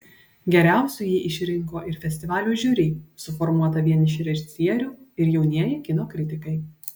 geriausiu jį išrinko ir festivalio žiuri suformuota vien iš režisierių ir jaunieji kino kritikai